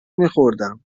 میخوردم